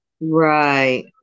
Right